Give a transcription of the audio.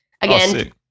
again